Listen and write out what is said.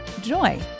joy